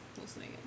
listening